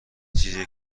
چیزیه